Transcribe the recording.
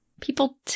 People